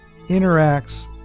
interacts